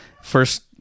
First